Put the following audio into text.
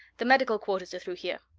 the medical quarters are through here.